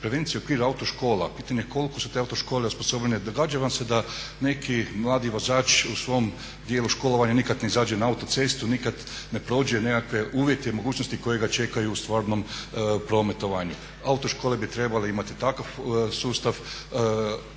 prevenciji u okviru auto škola. Pitanje je koliko su te autoškole osposobljene. Događa vam se da neki mladi vozač u svom dijelu školovanja nikad ne izađe na autocestu, nikad ne prođe nekakve uvjete i mogućnosti koji ga čekaju u stvarnom prometovanju. Autoškole bi trebale imati takav sustav